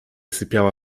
sypiała